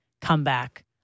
comeback